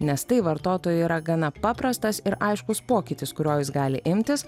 nes tai vartotojui yra gana paprastas ir aiškus pokytis kurio jis gali imtis